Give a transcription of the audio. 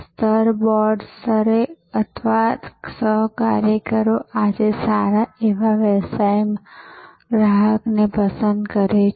સ્તરે બોર્ડ સ્તરે તમારા સહકાર્યકરો આજે સારા સેવા વ્યવસાયમાં ગ્રાહકને પસંદ કરે છે